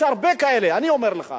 יש הרבה כאלה, אני אומר לך.